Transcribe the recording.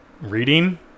Reading